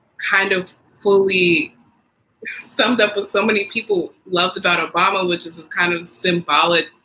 kind of fully summed up with so many people love about obama, which is this kind of symbolic,